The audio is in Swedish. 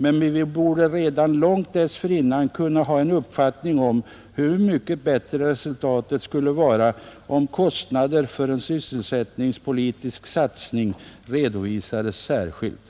Men vi borde redan långt dessförinnan kunna ha en uppfattning om hur mycket bättre resultatet skulle vara, om kostnader för en sysselsättningspolitisk satsning redovisades särskilt.